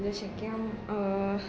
जशें की आम